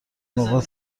نقاط